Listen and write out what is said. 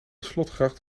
slotgracht